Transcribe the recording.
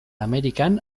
amerikan